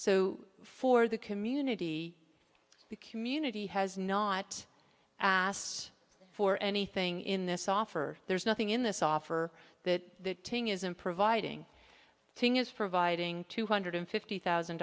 so for the community the community has not asked for anything in this offer there's nothing in this offer that isn't providing thing is providing two hundred fifty thousand